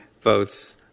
votes